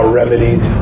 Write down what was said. remedied